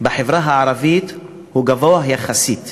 בחברה הערבית הוא גבוה יחסית,